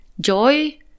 joy